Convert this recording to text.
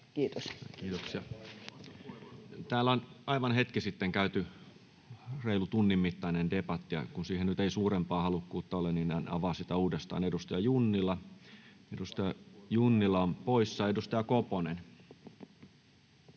Content: Kiitoksia. — Täällä on aivan hetki sitten käyty reilu tunnin mittainen debatti, ja kun siihen ei nyt suurempaa halukkuutta ole, niin en avaa sitä uudestaan. — Edustaja Junnila on poissa. — Edustaja Koponen.